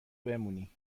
بمونی